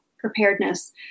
preparedness